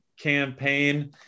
campaign